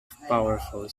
powerful